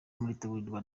muritegurirwa